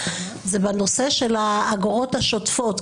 זה בנושא של האגרות השוטפות.